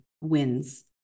wins